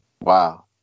Wow